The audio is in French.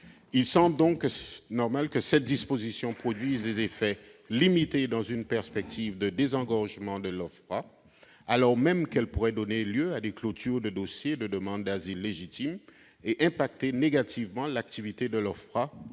Il semble donc que cette disposition produise des effets limités dans une perspective de désengorgement de l'OFPRA, alors même qu'elle pourrait donner lieu à des clôtures de dossiers de demande d'asile légitimes et avoir des conséquences négatives sur l'activité de l'OFPRA,